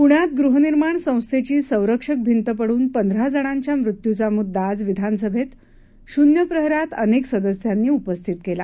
पुण्यात गृहनिर्माण संस्थेची संरक्षक भिंत पडून पंधरा जणांच्या मृत्यूचा मुद्दा आज विधानसभेत शून्य प्रहरात अनेक सदस्यांनी उपस्थित केला